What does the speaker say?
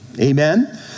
Amen